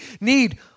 need